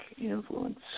influence